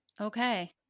Okay